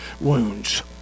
wounds